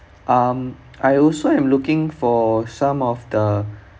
um I also am looking for some of the